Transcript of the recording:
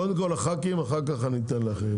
קודם חברי הכנסת ואחר כך אני אתן לכם.